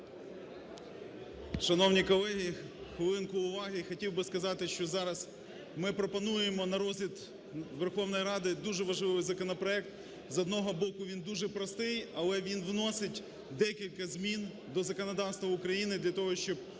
Шановні колеги, хвилинку уваги! Хотів би сказати, що зараз ми пропонуємо на розгляд Верховної Ради дуже важливий законопроект. З одного боку, він дуже простий, але він вносить декілька змін до законодавства України для того, щоб